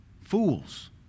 Fools